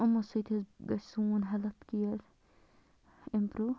یِمو سۭتۍ حظ گژھِ سون ہٮ۪لٕتھ کِیَر اِمپروٗ